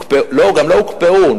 גם לא הוקפאו,